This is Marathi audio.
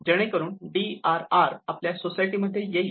जेणेकरून डी आर आर आपल्या सोसायटी मध्ये येईल